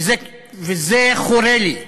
וזה חורה לי.